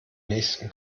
nächsten